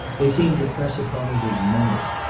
they seemed to press upon him with menace.